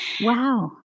Wow